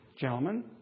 Gentlemen